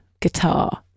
guitar